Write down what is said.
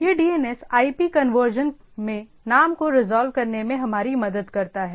यह DNS IP conversion में नाम को रिजॉल्व करने में हमारी मदद करता है